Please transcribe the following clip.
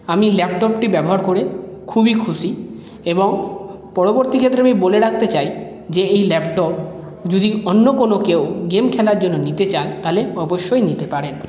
আমি ল্যাপটপটি ব্যবহার করে খুবই খুশি এবং পরবর্তী ক্ষেত্রে আমি বলে রাখতে চাই যে এই ল্যাপটপ যদি অন্য কোনো কেউ গেম খেলার জন্য নিতে চান তাহলে অবশ্যই নিতে পারেন